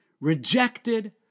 rejected